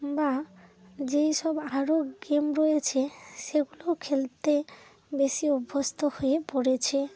বা যেইসব আরো গেম রয়েছে সেগুলোও খেলতে বেশি অভ্যস্ত হয়ে পড়েছে